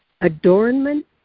Adornment